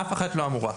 אף אחת לא אמורה.